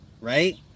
right